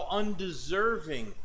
undeserving